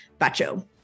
Bacho